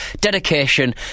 dedication